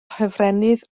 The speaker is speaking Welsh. hofrennydd